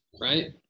right